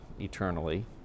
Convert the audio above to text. eternally